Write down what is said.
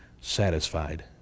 satisfied